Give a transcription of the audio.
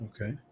Okay